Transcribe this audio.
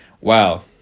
Wow